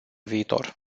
viitor